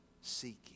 seeking